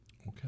Okay